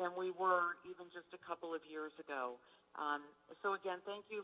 than we were even just a couple of years ago so again thank you